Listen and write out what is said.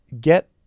get